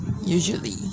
Usually